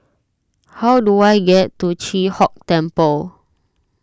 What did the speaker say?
how do I get to Chi Hock Temple